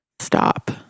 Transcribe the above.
stop